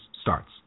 starts